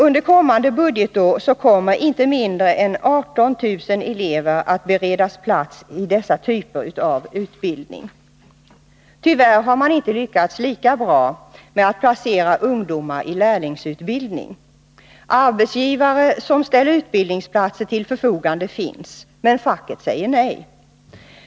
Under kommande budgetår kommer inte mindre än 18 000 elever att beredas plats i dessa typer av utbildning. Tyvärr har man inte lyckats lika bra med att placera ungdomar i lärlingsutbildning. Arbetsgivare som ställer utbildningsplatser till förfogande finns, men facket säger nej.